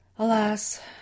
Alas